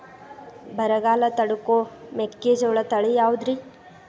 ಬರಗಾಲ ತಡಕೋ ಮೆಕ್ಕಿಜೋಳ ತಳಿಯಾವುದ್ರೇ?